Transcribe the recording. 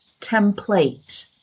template